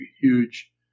huge